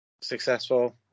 Successful